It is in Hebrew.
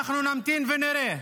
אנחנו נמתין ונראה,